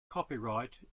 copyright